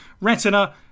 Retina